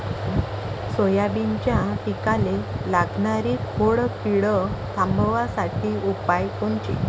सोयाबीनच्या पिकाले लागनारी खोड किड थांबवासाठी उपाय कोनचे?